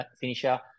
finisher